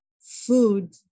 food